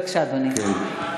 בבקשה, אדוני.